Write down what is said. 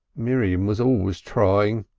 miriam was always trying.